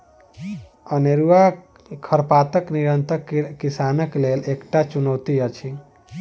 अनेरूआ खरपातक नियंत्रण किसानक लेल एकटा चुनौती अछि